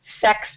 sex